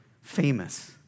famous